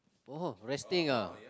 oh resting ah